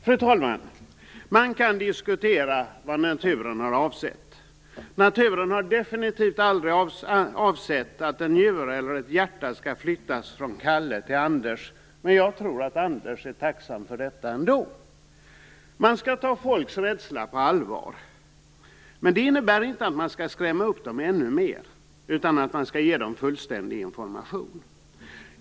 Fru talman! Man kan diskutera vad naturen har avsett. Naturen har definitivt aldrig avsett att en njure eller ett hjärta skall flyttas från Kalle till Anders. Men jag tror att Anders är tacksam för detta ändå. Man skall ta folks rädsla på allvar. Men det innebär inte att man skall skrämma upp dem ännu mer utan att man skall ge dem fullständig information.